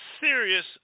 serious